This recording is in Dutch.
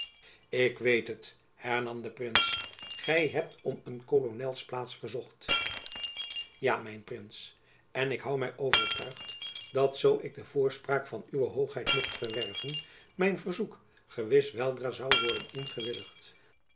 ik weet het hernam de prins gy hebt om een kolonelsplaats verzocht ja mijn prins en ik hoû my overtuigd dat zoo ik de voorspraak van uwe hoogheid mocht verwerven mijn verzoek gewis weldra zoû worden